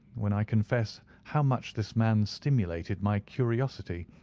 when i confess how much this man stimulated my curiosity,